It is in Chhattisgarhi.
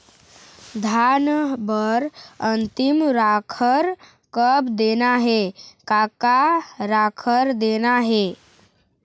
धान बर अन्तिम राखर कब देना हे, का का राखर देना हे?